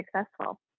successful